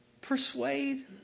Persuade